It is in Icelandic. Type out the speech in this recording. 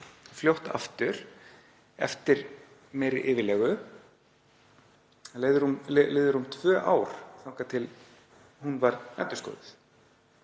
fljótt aftur eftir meiri yfirlegu en það liðu rúm tvö ár þangað til að hún var endurskoðuð.